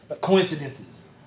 coincidences